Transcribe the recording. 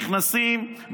נכנסים,